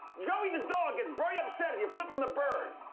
joey the dog gets very upset if you flip him the bird.